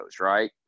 right